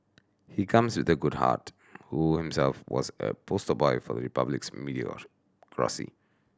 he comes with a good heart who himself was a poster boy of the Republic's meritocracy